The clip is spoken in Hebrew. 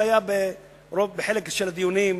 שהיה בחלק של הדיונים,